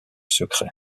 secret